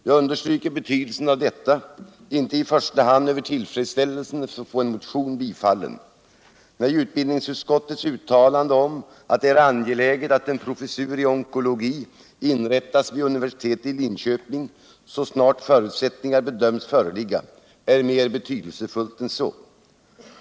Jag understryker betydelsen av detta — inte i första hand på grund av tillfredsställelsen över att få en motion bifallen, utan för att utbildningsutskottets uttalande om att det ”anser det angeläget att en professur i onkologi inrättas vid universitetet i Linköping så snart förutsättningar härför bedöms föreligga” är mer betydelsefullt än så.